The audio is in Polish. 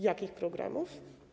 Jakich programów?